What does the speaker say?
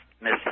miss